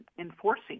enforcing